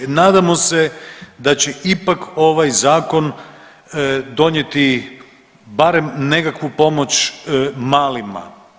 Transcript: Nadamo se da će ipak ovaj zakon donijeti barem nekakvu pomoć malima.